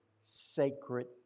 sacred